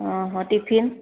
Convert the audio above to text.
ଅ ହ ଟିଫିନ୍